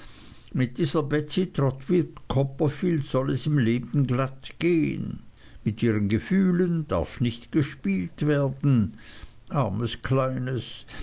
mit dieser betsey trotwood copperfield soll es im leben glatt gehen mit ihren gefühlen darf nicht gespielt werden armes kleines